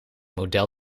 model